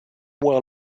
were